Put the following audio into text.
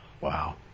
Wow